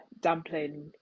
dumpling